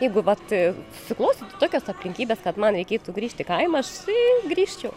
jeigu vat susiklostytų tokios aplinkybės kad man reikėtų grįžt į kaimą sy grįžčiau